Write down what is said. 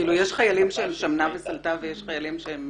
כאילו יש חיילים שהם שמנה וסלתה ויש חיילים שלא.